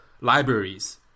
libraries